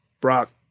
Brock